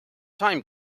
time